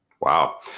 Wow